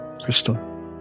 crystal